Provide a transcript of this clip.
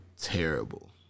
terrible